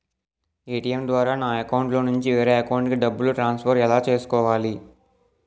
ATM ద్వారా నా అకౌంట్లోనుంచి వేరే అకౌంట్ కి డబ్బులు ట్రాన్సఫర్ ఎలా చేసుకోవాలి?